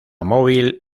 móvil